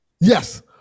Yes